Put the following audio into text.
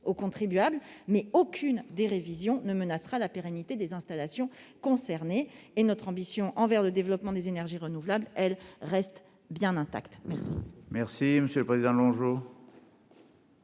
au contribuable, mais aucune des révisions ne menacera la pérennité des installations concernées. Notre ambition en matière de développement des énergies renouvelables, quant à elle, reste bien intacte. La